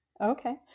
Okay